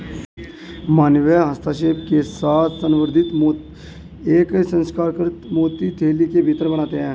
मानवीय हस्तक्षेप के साथ संवर्धित मोती एक सुसंस्कृत मोती थैली के भीतर बनते हैं